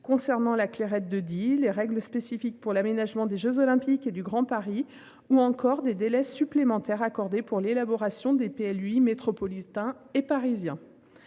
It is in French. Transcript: concernant la clairette de Die les règles spécifiques pour l'aménagement des Jeux olympiques et du Grand Paris ou encore des délais supplémentaires accordés pour l'élaboration des PLU ils métropolitain et parisien.